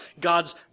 God's